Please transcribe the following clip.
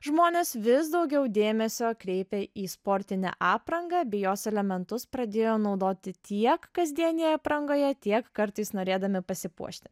žmonės vis daugiau dėmesio kreipė į sportinę aprangą bei jos elementus pradėjo naudoti tiek kasdienėje aprangoje tiek kartais norėdami pasipuošti